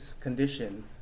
condition